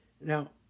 Now